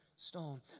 stone